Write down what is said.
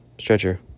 stretcher